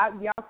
Y'all